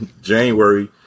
January